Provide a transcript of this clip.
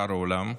משאר העולם.